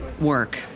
work